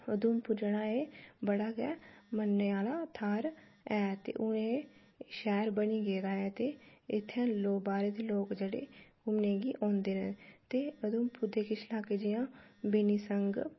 उधमपुर जेह्ड़ा ऐ बड़ा गै मन्नने आह्ला थाह्र ऐ ते हून एह् शैह्र बनी गेदा ऐ ते इत्थै लोक बाह्रे दे लोक जेह्ड़े घूमने गी औंदे न ते उधमपुर दे किश लाके जि'यां बिनी संग